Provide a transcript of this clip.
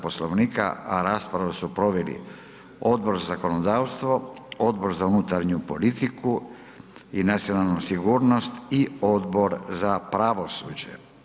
Poslovnika a raspravu su proveli Odbor za zakonodavstvo, Odbor za unutarnju politiku i nacionalnu sigurnost i Odbor za pravosuđe.